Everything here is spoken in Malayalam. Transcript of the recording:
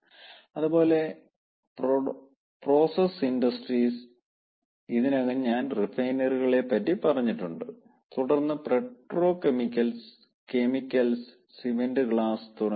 അതുപോലെ പ്രോസസ്സ് ഇൻഡസ്ട്രിസ് ഇതിനകം ഞാൻ റിഫൈനറികളെ പറ്റി പറഞ്ഞിട്ടുണ്ട് തുടർന്ന് പെട്രോകെമിക്കൽസ് കെമിക്കൽസ് സിമന്റ് ഗ്ലാസ് തുടങ്ങിയവയുണ്ട്